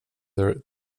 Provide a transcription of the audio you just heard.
their